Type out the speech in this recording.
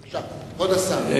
בבקשה, כבוד השר.